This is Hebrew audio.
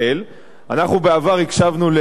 אנחנו בעבר הקשבנו לעמיר פרץ,